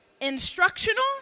instructional